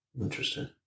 Interesting